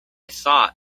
thought